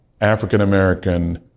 african-american